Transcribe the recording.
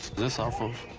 this off of?